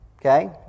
Okay